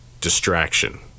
Distraction